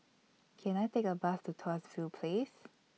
Can I Take A Bus to Tuas View Place